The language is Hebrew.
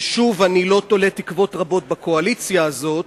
שוב, אני לא תולה תקוות רבות בקואליציה הזאת,